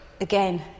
again